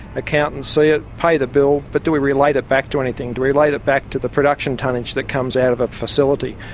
accountants see it, pay the bill. but do we relate it back to anything? do we relate it back to the production tonnage that comes out of a facility?